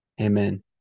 amen